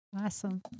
Awesome